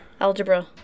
Algebra